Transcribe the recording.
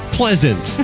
pleasant